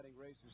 ...races